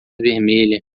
vermelha